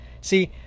See